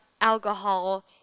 alcohol